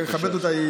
אני מכבד אותה,